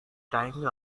tying